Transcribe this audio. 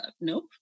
nope